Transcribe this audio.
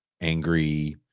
angry